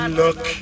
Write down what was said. look